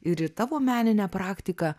ir į tavo meninę praktiką